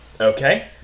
Okay